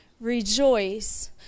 rejoice